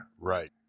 Right